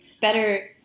better